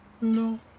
No